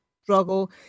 struggle